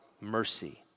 mercy